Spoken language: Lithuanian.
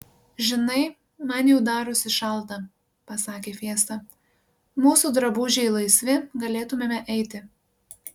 žinai man jau darosi šalta pasakė fiesta mūsų drabužiai laisvi galėtumėme eiti